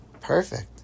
Perfect